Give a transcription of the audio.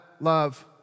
love